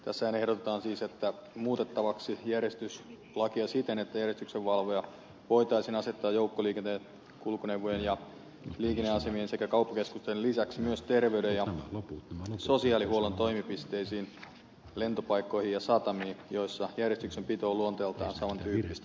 tässähän ehdotetaan siis muutettavaksi järjestyslakia siten että järjestyksenvalvoja voitaisiin asettaa joukkoliikenteen kulkuneuvojen ja liikenneasemien sekä kauppakeskusten lisäksi myös terveyden ja sosiaalihuollon toimipisteisiin lentopaikkoihin ja satamiin joissa järjestyksenpito on luonteeltaan saman tyyppistä